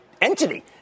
entity